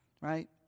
right